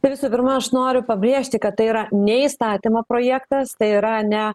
tai visų pirma aš noriu pabrėžti kad tai yra ne įstatymo projektas tai yra ne